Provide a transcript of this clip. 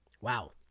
Wow